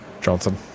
Johnson